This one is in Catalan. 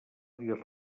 dir